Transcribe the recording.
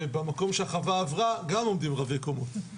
ובמקום שהחווה עברה אליו גם עומדים רבי קומות.